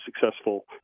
successful